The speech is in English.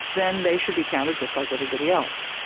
then they should be counted just like everybody else.